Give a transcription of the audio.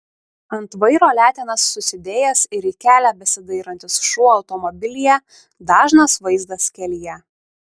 ant vairo letenas susidėjęs ir į kelią besidairantis šuo automobilyje dažnas vaizdas kelyje